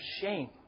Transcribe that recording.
shame